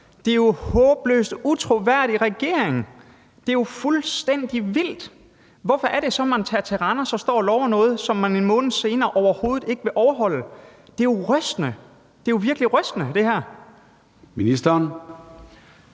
Det er jo en håbløs, utroværdig regering – det er fuldstændig vildt! Hvorfor tager man til Randers og står og lover noget, som man en måned senere overhovedet ikke vil overholde? Det her er jo rystende! Kl. 13:29 Formanden (Søren Gade): Ministeren.